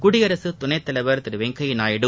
குடியரசு துணைத் தலைவர் திரு வெங்கைய நாயுடு